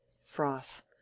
Froth